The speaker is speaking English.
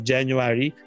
January